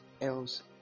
else